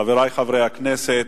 חברי חברי הכנסת,